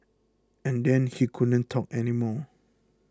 and then he couldn't talk anymore